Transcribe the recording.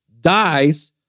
dies